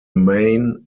main